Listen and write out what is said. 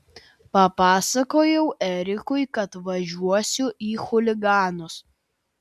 papasakojau erikui kad važiuosiu į chuliganus